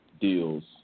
deals